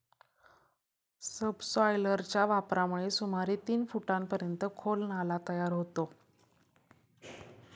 सबसॉयलरच्या वापरामुळे सुमारे तीन फुटांपर्यंत खोल नाला तयार होतो